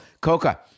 Coca